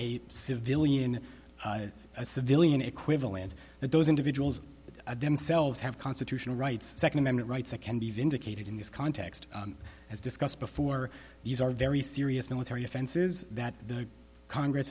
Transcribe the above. civilian a civilian equivalents and those individuals themselves have constitutional rights second amendment rights that can be vindicated in this context as discussed before these are very serious military offenses that the congress